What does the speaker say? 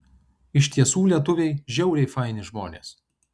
iš tiesų lietuviai žiauriai faini žmonės